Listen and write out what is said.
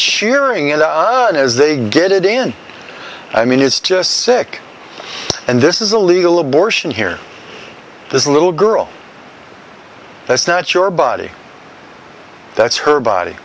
cheering him on as they get it in i mean it's just sick and this is a legal abortion here this little girl that's not your body that's her body